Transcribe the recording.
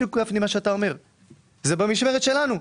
זה במשמרת שלנו.